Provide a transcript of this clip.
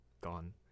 gone